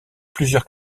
plusieurs